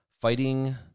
fighting